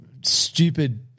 stupid